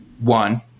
one